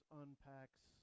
unpacks